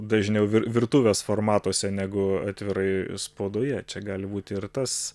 dažniau vir virtuvės formatuose negu atvirai spaudoje čia gali būti ir tas